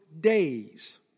days